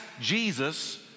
Jesus